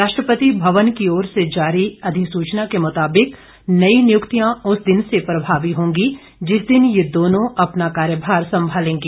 राष्ट्रपति भवन की ओर से जारी अधिसूचना के मुताबिक नई नियुक्तियां उस दिन से प्रभावी होगी जिस दिन ये दोनों अपना कार्यभार संभालेंगे